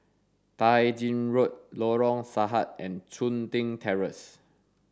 Tai Gin Road Lorong Sarhad and Chun Tin Terrace